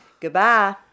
Goodbye